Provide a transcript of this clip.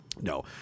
No